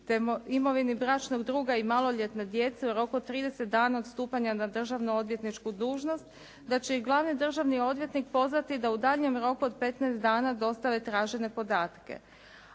imovini bračnog druga i maloljetne djece u roku od 30 dana od stupanja na državno odvjetničku dužnost, da će ih glavni državni odvjetnik pozvati da u daljnjem roku od 15 dana dostave tražene podatke.